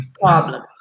problem